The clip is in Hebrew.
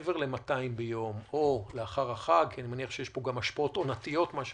מעבר ל-200 ביום אני מניח שיש פה גם השפעות עונתיות בגלל החג.